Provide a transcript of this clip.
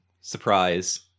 Surprise